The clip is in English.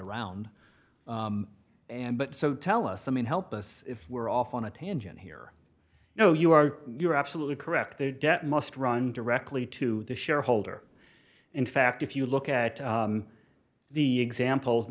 around and but so tell us i mean help us if we're off on a tangent here you know you are you're absolutely correct their debt must run directly to the shareholder in fact if you look at the example